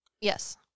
Yes